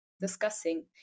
discussing